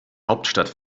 hauptstadt